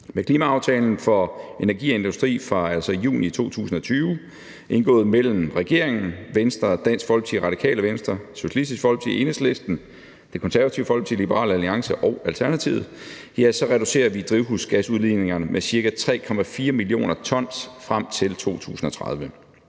Med klimaaftalen for energi og industri fra juni 2020 indgået mellem regeringen, Venstre, Dansk Folkeparti, Radikale Venstre, Socialistisk Folkeparti, Enhedslisten, Det Konservative Folkeparti, Liberal Alliance og Alternativet reducerer vi drivhusgasudledningerne med ca. 3,4 mio. t frem til 2030.